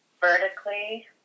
vertically